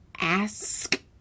ask